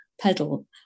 pedal